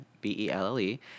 B-E-L-L-E